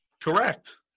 Correct